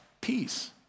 peace